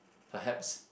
perhaps